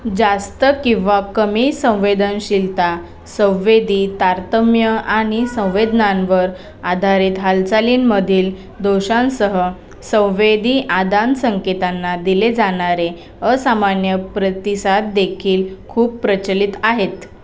जास्त किंवा कमी संवेदनशीलता संवेदी तारतम्य आणि संवेदनांवर आधारित हालचालींमधील दोषांसह संवेदी आदान संकेतांना दिले जाणारे असामान्य प्रतिसाददेखील खूप प्रचलित आहेत